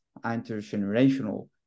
intergenerational